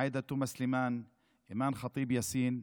עאידה תומא סלימאן, אימאן ח'טיב יאסין,